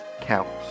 counts